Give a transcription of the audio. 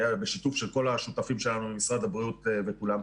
בשיתוף של כל השותפים שלנו במשרד הבריאות וכולם,